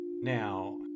Now